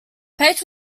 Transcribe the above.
page